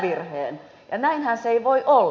ja näinhän se ei voi olla